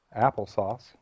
applesauce